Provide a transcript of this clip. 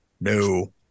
no